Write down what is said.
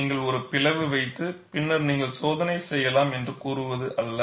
நீங்கள் ஒரு பிளவு வைத்து பின்னர் நீங்கள் சோதனை செய்யலாம் என்று கூறுவது அல்ல